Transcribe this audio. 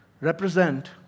represent